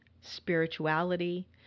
spirituality